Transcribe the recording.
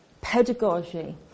pedagogy